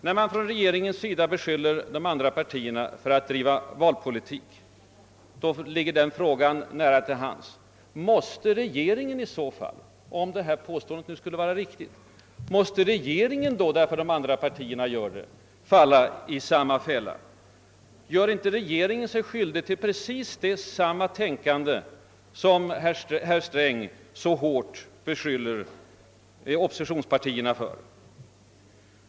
När regeringen beskyller de andra partierna för att driva valpolitik ligger denna fråga nära till hands: Om detta påstående skulle vara riktigt, måste regeringen då nödvändigtvis göra detsamma? Gör inte regeringen sig skyldig till precis samma tänkande som herr Sträng så hårt beskyller oppositionspartierna för?